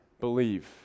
believe